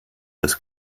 das